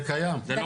זה קיים, זה